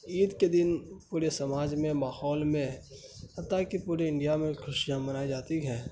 عید کے دن پورے سماج میں ماحول میں حتیٰ کہ پورے انڈیا میں خوشیاں منائی جاتی ہیں